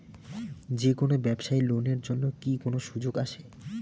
যে কোনো ব্যবসায়ী লোন এর জন্যে কি কোনো সুযোগ আসে?